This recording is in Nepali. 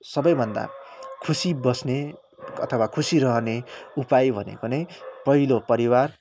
सबैभन्दा खुसी बस्ने अथवा खुसी रहने उपाय भनेको नै पहिलो परिवार